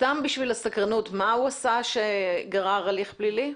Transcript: סתם בשביל הסקרנות, מה הוא עשה שגרר הליך פלילי?